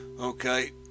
okay